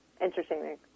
interesting